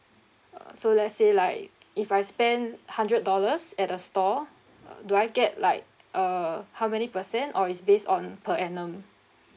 uh so let's say like if I spend hundred dollars at a store do I get like uh how many percent or is based on per annum